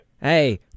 Hey